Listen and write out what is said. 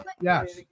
Yes